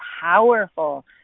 powerful